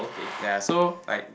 ya so like